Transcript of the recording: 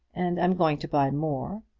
and am going to buy more.